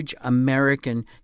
American